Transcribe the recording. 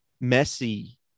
messy